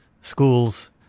schools